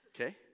okay